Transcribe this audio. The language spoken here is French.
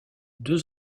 deux